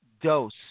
dose